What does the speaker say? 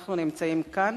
אנחנו נמצאים כאן